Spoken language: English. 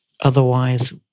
otherwise